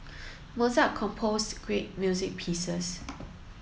Mozart composed great music pieces